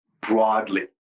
broadly